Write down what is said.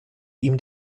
ihm